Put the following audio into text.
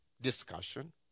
discussion